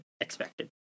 expected